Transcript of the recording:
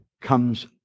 comes